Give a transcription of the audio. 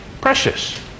precious